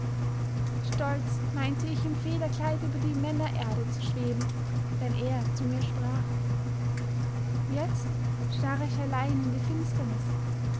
stolz meinte ich im federkleid über die männererde zu schweben wenn er zu mir sprach jetzt starre ich allein in die finsternis